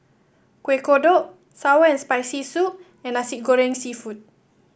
Kueh Kodok sour and Spicy Soup and Nasi Goreng seafood